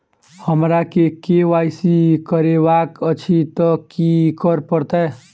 हमरा केँ Y C करेवाक अछि तऽ की करऽ पड़तै?